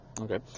Okay